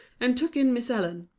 and took in miss ellen.